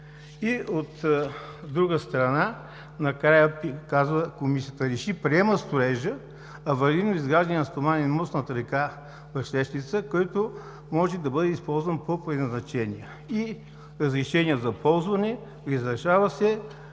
От друга страна, накрая казва: „Комисията реши: приема строежа, аварийно изграждане на стоманен мост над река Върлищица, който може да бъде използван по предназначение“, и разрешение за ползване: „разрешава се